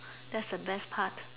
that's the best part